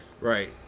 Right